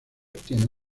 tiene